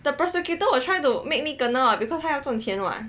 the prosecutor will try to make me kena [what] because 他要赚钱 [what]